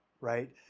Right